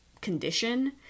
condition